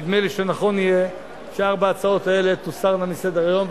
נדמה לי שנכון יהיה שארבע ההצעות האלה תוסרנה מסדר-היום,